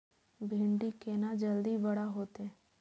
भिंडी केना जल्दी बड़ा होते?